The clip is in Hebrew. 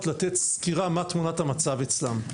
לתת סקירה מה תמונת המצב אצלם.